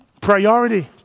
priority